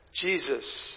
Jesus